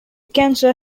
cancer